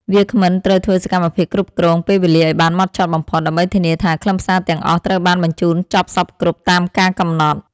វាគ្មិនត្រូវធ្វើសកម្មភាពគ្រប់គ្រងពេលវេលាឱ្យបានហ្មត់ចត់បំផុត ដើម្បីធានាថាខ្លឹមសារទាំងអស់ត្រូវបានបញ្ជូនចប់សព្វគ្រប់តាមការកំណត់។